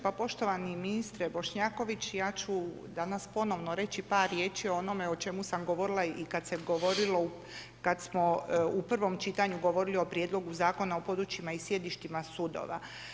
Pa poštovani ministre Bošnjaković ja ću danas ponovno reći par riječi o onome o čemu sam govorila i kada se govorilo, kada smo u prvom čitanju govorili o Prijedlogu zakona o područjima i sjedištima sudova.